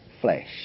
flesh